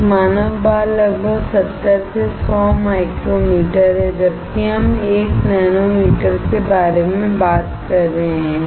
एक मानव बाल लगभग 70 से 100 माइक्रोमीटरहै जबकि हम 1 नैनोमीटर के बारे में बात कर रहे हैं